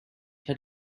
had